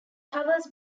covers